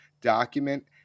document